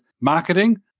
marketing